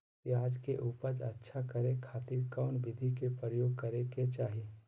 प्याज के उपज अच्छा करे खातिर कौन विधि के प्रयोग करे के चाही?